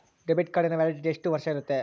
Debit ಕಾರ್ಡಿನ validity ಎಷ್ಟು ವರ್ಷ ಇರುತ್ತೆ?